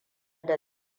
da